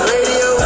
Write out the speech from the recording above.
Radio